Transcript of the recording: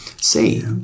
see